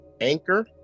Anchor